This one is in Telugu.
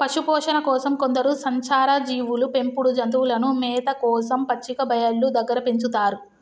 పశుపోషణ కోసం కొందరు సంచార జీవులు పెంపుడు జంతువులను మేత కోసం పచ్చిక బయళ్ళు దగ్గర పెంచుతారు